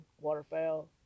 waterfowl